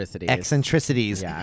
eccentricities